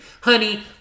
Honey